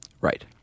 Right